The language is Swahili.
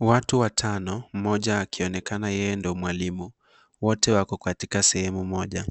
Watu watano mmoja akionekana yeye ndo mwalimu, wote wako katika sehemu moja.